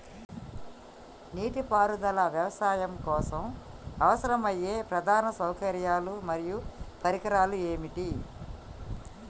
నీటిపారుదల వ్యవసాయం కోసం అవసరమయ్యే ప్రధాన సౌకర్యాలు మరియు పరికరాలు ఏమిటి?